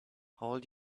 hold